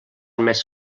més